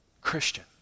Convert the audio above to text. Christian